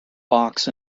box